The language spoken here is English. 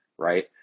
right